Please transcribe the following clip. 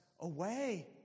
away